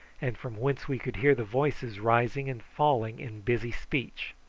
and from whence we could hear the voices rising and falling in busy speech.